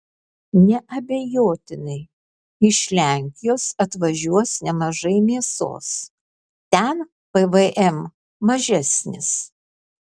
neabejotinai iš lenkijos atvažiuos nemažai mėsos ten pvm mažesnis